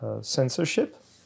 censorship